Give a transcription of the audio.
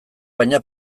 baina